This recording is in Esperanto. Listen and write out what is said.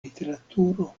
literaturo